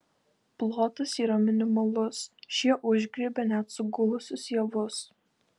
plotas yra minimalus šie užgriebia net sugulusius javus